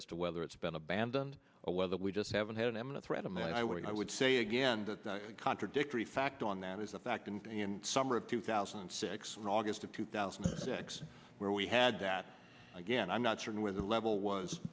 as to whether it's been abandoned or whether we just haven't had an eminent threat of my word i would say again that's not contradictory fact on that is a fact and summer of two thousand and six in august of two thousand and six where we had that again i'm not certain where the level was